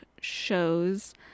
shows